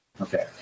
Okay